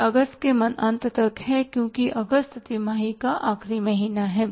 यह अगस्त के अंत तक है क्योंकि अगस्त तिमाही का आखिरी महीना है